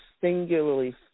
singularly